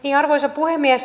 arvoisa puhemies